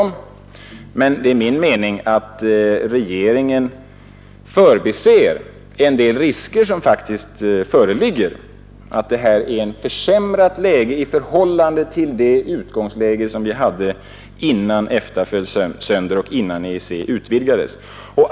Men det är min uppfattning att regeringen förbiser risker som faktiskt föreligger för att detta är ett försämrat läge i förhållande till det utgångsläge vi hade innan EFTA föll sönder och EEC utvidgades.